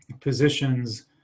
positions